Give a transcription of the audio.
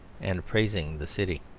and praising the city.